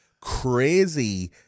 crazy